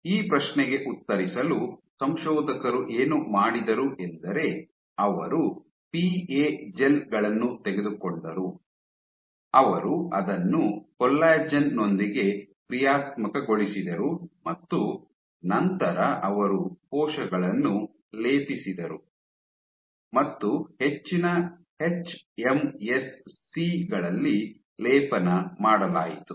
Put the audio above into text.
ಈ ಪ್ರಶ್ನೆಗೆ ಉತ್ತರಿಸಲು ಸಂಶೋಧಕರು ಏನು ಮಾಡಿದರು ಎಂದರೆ ಅವರು ಪಿಎ ಜೆಲ್ ಗಳನ್ನು ತೆಗೆದುಕೊಂಡರು ಅವರು ಅದನ್ನು ಕೊಲ್ಲಾಜೆನ್ ನೊಂದಿಗೆ ಕ್ರಿಯಾತ್ಮಕಗೊಳಿಸಿದರು ಮತ್ತು ನಂತರ ಅವರು ಕೋಶಗಳನ್ನು ಲೇಪಿಸಿದರು ಮತ್ತು ಹೆಚ್ಚಿನ ಎಚ್ಎಂಎಸ್ಸಿ ಗಳಲ್ಲಿ ಲೇಪನ ಮಾಡಲಾಯಿತು